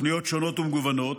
התוכניות שונות ומגוונות,